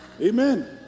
Amen